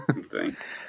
Thanks